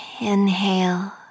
inhale